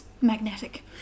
magnetic